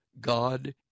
God